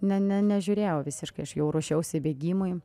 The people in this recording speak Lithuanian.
ne ne nežiūrėjau visiškai aš jau ruošiausi bėgimui